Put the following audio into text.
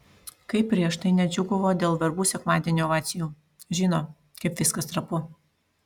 kaip prieš tai nedžiūgavo dėl verbų sekmadienio ovacijų žino kaip viskas trapu